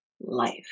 Life